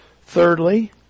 Thirdly